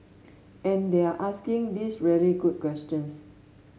and they're asking these really good questions